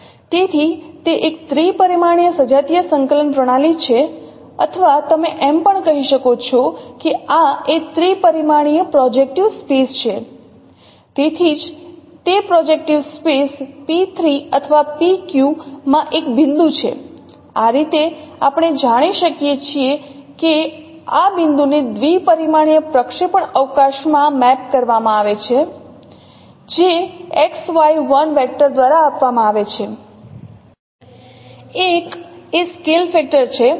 તેથી તે એક ત્રિપરિમાણીય સજાતીય સંકલન પ્રણાલી છે અથવા તમે એમ પણ કહી શકો કે આ એ ત્રિપરિમાણીય પ્રોજેક્ટીવ સ્પેસ છે તેથી જ તે પ્રોજેક્ટીવ સ્પેસ P3 અથવા Pq માં એક બિંદુ છે આ રીતે આપણે જાણી શકીએ કે આ બિંદુને દ્વિપરિમાણીય પ્રક્ષેપણ અવકાશમાં મેપ કરવામાં આવે છે જે દ્વારા આપવામાં આવે છે 1 એ એક સ્કેલ ફેક્ટર છે